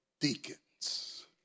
deacons